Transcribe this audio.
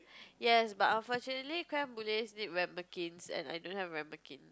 yes but unfortunately creme brulees needs ramekins and I don't have ramekins